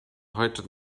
heute